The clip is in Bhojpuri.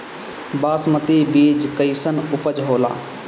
बासमती बीज कईसन उपज होला?